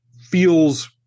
feels